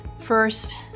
first,